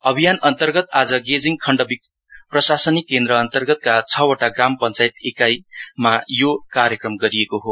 अभियोन अन्तगत आज गेजिङ खण्ड प्रशासनिक केन्द्र अन्तर्गतका छवटा ग्राम पञ्चायत एकाइमा यो कार्यक्रम गरिएको हो